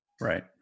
Right